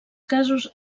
casos